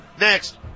Next